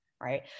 right